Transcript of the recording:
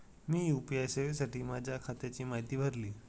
मी UPI सेवेसाठी माझ्या खात्याची माहिती भरली